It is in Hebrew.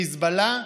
חיזבאללה,